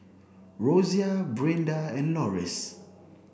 Rosia Brinda and Loris